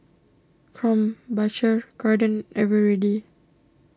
Krombacher garden Eveready